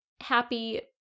happy